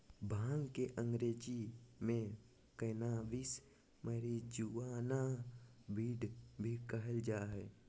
भांग के अंग्रेज़ी में कैनाबीस, मैरिजुआना, वीड भी कहल जा हइ